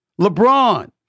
LeBron